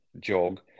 jog